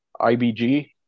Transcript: IBG